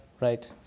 right